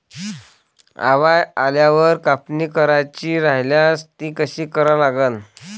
आभाळ आल्यावर कापनी करायची राह्यल्यास ती कशी करा लागन?